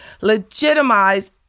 legitimize